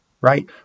right